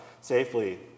safely